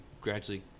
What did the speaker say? gradually